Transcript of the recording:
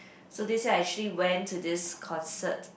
so this year I actually went to this concert